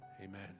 amen